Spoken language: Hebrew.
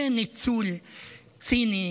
זה ניצול ציני.